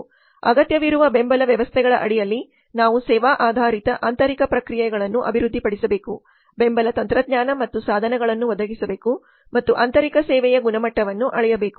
ಅಗತ್ಯವಿರುವ ಬೆಂಬಲ ವ್ಯವಸ್ಥೆಗಳ ಅಡಿಯಲ್ಲಿ ನಾವು ಸೇವಾ ಆಧಾರಿತ ಆಂತರಿಕ ಪ್ರಕ್ರಿಯೆಗಳನ್ನು ಅಭಿವೃದ್ಧಿಪಡಿಸಬೇಕು ಬೆಂಬಲ ತಂತ್ರಜ್ಞಾನ ಮತ್ತು ಸಾಧನಗಳನ್ನು ಒದಗಿಸಬೇಕು ಮತ್ತು ಆಂತರಿಕ ಸೇವೆಯ ಗುಣಮಟ್ಟವನ್ನು ಅಳೆಯಬೇಕು